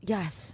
Yes